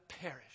perish